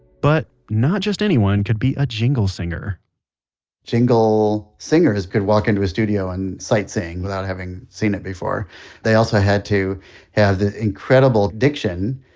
but not just anyone could be a jingle singer jingle singers could walk into a studio and sight sing without having seen it before they also had to have the incredible diction,